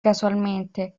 casualmente